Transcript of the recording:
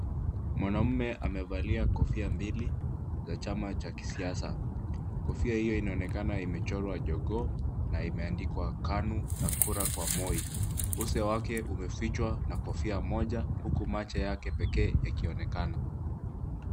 Mwanamume amavalia kofia mbili za chama cha kisiasa, kofia hiyo inaonekana imechorwa jogoo na imeandikwa KANU na kura kwa Moi, uso wake umefichwa na kofia moja, huku macho yake pekee yakionekana.